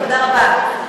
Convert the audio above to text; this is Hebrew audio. תודה רבה.